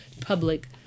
public